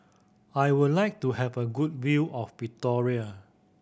I would like to have a good view of Victoria